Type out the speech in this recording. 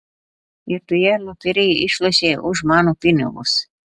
ir toje loterijoje išlošei už mano pinigus